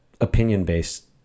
opinion-based